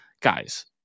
guys